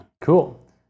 Cool